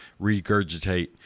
regurgitate –